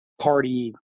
party